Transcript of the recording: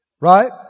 Right